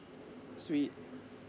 sweet